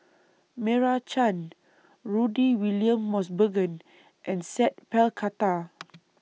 Meira Chand Rudy William Mosbergen and Sat Pal Khattar